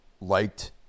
liked